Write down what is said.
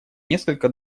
несколько